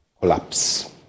collapse